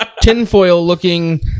tinfoil-looking